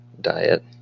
diet